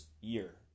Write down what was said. year